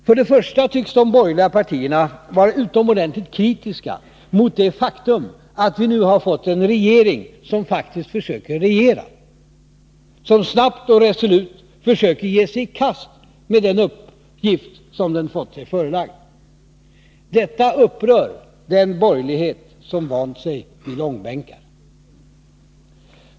För det första tycks de borgerliga partierna vara utomordentligt kritiska mot det faktum att vi nu har fått en regering som faktiskt försöker regera, som snabbt och resolut försöker ge sig i kast med de uppgifter som den fått sig förelagda. Detta upprör den borgerlighet som vant sig vid långbänkar.